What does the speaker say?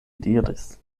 diris